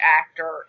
actor